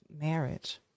marriage